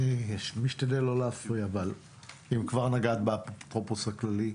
אני משתדל לא להפריע אבל אם כבר נגעת באפוטרופוס הכללי,